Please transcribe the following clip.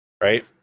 Right